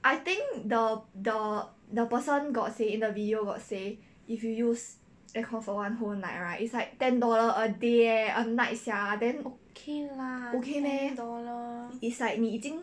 I think the the the person got say in the video got say if you use aircon for one whole night right it's like ten dollar a day a night sia then okay meh is like 你已经